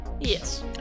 Yes